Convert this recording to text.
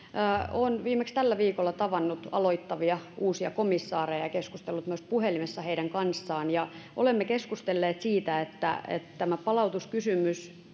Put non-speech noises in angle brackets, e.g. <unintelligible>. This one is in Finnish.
olen viimeksi tällä viikolla tavannut aloittavia uusia komissaareja ja keskustellut myös puhelimessa heidän kanssaan olemme keskustelleet siitä että että tämä palautuskysymys <unintelligible>